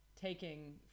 taking